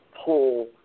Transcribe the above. pull